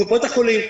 קופות החולים.